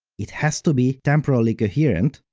it has to be temporally coherent,